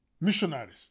missionaries